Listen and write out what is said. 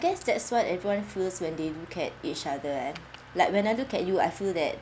guess that's what everyone feels when they don't get each other [one] like when I look at you I feel that